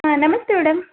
ಹಾಂ ನಮಸ್ತೆ ಮೇಡಮ್